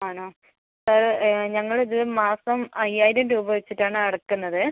ആണോ ഞങ്ങൾ ഇത് മാസം അയ്യായിരം രൂപ വെച്ചിട്ട് ആണ് അടയ്ക്കുന്നത്